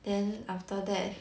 then after that